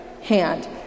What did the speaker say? hand